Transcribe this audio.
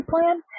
plan